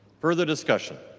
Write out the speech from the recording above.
further discussion?